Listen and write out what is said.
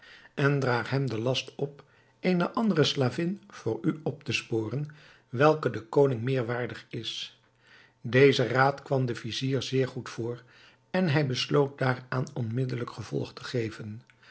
en draag hem den last op eene andere slavin voor u op te sporen welke den koning meer waardig is deze raad kwam den vizier zeer goed voor en hij besloot daaraan onmiddelijk gevolg te geven